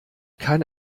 kann